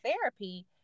therapy